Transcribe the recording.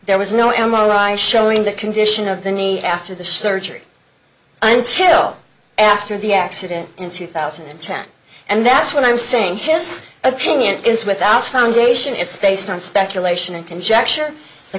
there was no m r i showing the condition of the need after the surgery until after the accident in two thousand and ten and that's what i'm saying his opinion is without foundation it's based on speculation and conjecture the